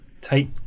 take